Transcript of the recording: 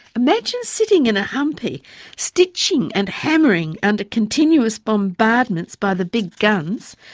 imagine sitting in a humpy stitching and hammering under continuous bombardments by the big guns,